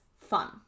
fun